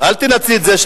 קואליציונית לפעמים,